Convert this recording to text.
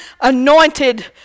anointed